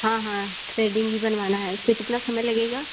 हाँ हाँ थ्रेडिग भी बनवाना है उस पर कितना समय लगेगा